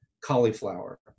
cauliflower